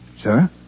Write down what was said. Sir